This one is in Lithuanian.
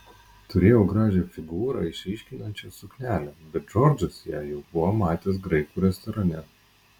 turėjau gražią figūrą išryškinančią suknelę bet džordžas ją jau buvo matęs graikų restorane